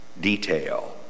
detail